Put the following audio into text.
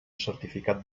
certificat